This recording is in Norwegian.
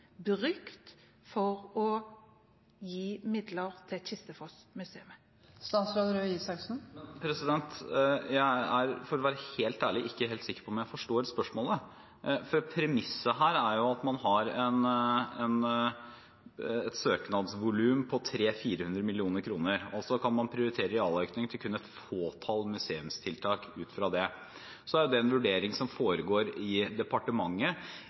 brukt for å gi midler til Kistefos-Museet? Jeg er – for å være ærlig – ikke helt sikker på om jeg forstår spørsmålet. Premisset her er jo at man har et søknadsvolum på 300–400 mill. kr, og så kan man prioritere realøkning til kun et fåtall museumstiltak ut fra det. Så er det en vurdering som foregår i departementet.